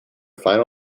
final